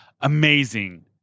Amazing